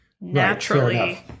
naturally